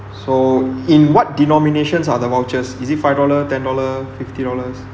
so in what denominations are the vouchers is it five dollar ten dollar fifty dollars